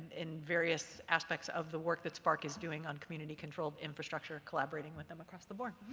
in various aspects of the work that sparc is doing on community-controlled infrastructure, collaborating with them across the board.